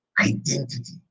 identity